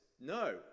No